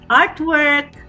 artwork